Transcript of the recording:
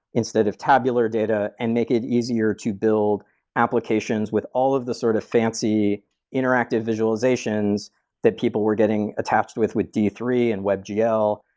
instead of tabular data, and make it easier to build applications with all of the sort of fancy interactive visualizations that people were getting attached with with d three and webgl,